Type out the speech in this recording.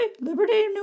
liberty